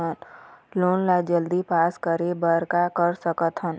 Loan ला जल्दी pass करे बर का कर सकथन?